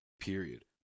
period